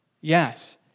yes